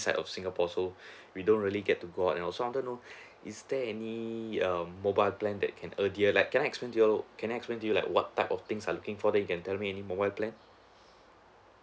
side of singapore so we don't really get to go out and all so I want to know is there any um mobile plan that can adhere like can I explain to you can I explain to you like what type of things I looking for then you can tell me any mobile plan